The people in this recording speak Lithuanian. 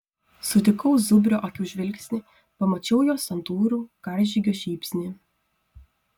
sutikau zubrio akių žvilgsnį pamačiau jo santūrų karžygio šypsnį